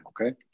okay